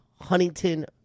Huntington